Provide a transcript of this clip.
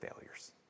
failures